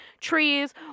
trees